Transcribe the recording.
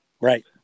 Right